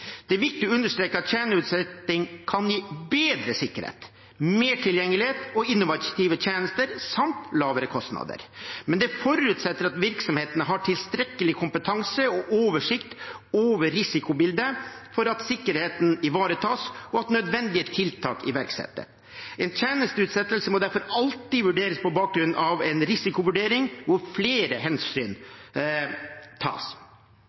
Det er viktig å understreke at tjenesteutsetting kan gi bedre sikkerhet, mer tilgjengelighet, innovative tjenester samt lavere kostnader. Men det forutsetter at virksomhetene har tilstrekkelig kompetanse og oversikt over risikobildet for at sikkerheten ivaretas og at nødvendige tiltak iverksettes. En tjenesteutsettelse må derfor alltid vurderes på bakgrunn av en risikovurdering hvor flere hensyn tas.